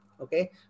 okay